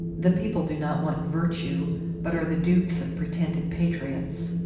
the people do not want virtue but are the dupes of pretended patriots.